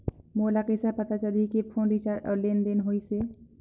मोला कइसे पता चलही की फोन रिचार्ज और लेनदेन होइस हे?